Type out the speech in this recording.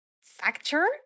factor